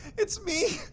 it's me.